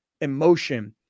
emotion